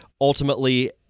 ultimately –